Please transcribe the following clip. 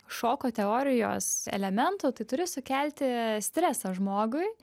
šoko teorijos elementų tai turi sukelti stresą žmogui